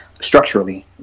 structurally